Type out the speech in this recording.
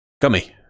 Gummy